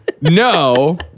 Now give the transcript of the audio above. no